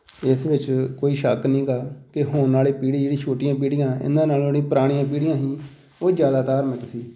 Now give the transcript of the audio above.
ਇਸ ਵਿੱਚ ਕੋਈ ਸ਼ੱਕ ਨਹੀਂ ਗਾ ਕਿ ਹੁਣ ਵਾਲੀ ਪੀੜ੍ਹੀ ਜਿਹੜੀ ਛੋਟੀਆਂ ਪੀੜ੍ਹੀਆਂ ਇਹਨਾਂ ਨਾਲ਼ੋਂ ਜਿਹੜੀ ਪੁਰਾਣੀਆਂ ਪੀੜ੍ਹੀਆਂ ਸੀ ਉਹ ਜ਼ਿਆਦਾ ਧਾਰਮਿਕ ਸੀ